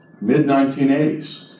mid-1980s